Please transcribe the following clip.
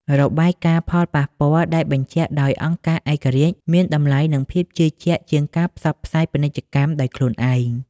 របាយការណ៍ផលប៉ះពាល់ដែលបញ្ជាក់ដោយអង្គការឯករាជ្យ មានតម្លៃ និងភាពជឿជាក់ជាងការផ្សព្វផ្សាយពាណិជ្ជកម្មដោយខ្លួនឯង។